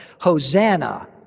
Hosanna